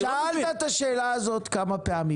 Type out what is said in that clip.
סמי, סמי, שאלת את השאלה הזאת כמה פעמים.